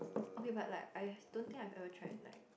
okay but like I don't think I've ever try like